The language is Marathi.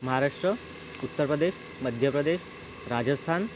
महाराष्ट्र उत्तर प्रदेश मध्य प्रदेश राजस्थान